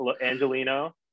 Angelino